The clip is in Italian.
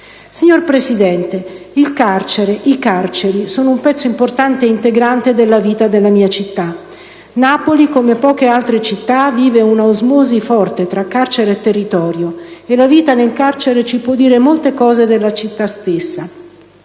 Signor Presidente, le carceri sono un pezzo importante e integrante della vita della mia città. Napoli, come poche altre città, vive un'osmosi forte tra carcere e territorio e la vita nel carcere ci può dire molte cose della città stessa.